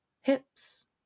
Hips